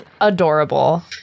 adorable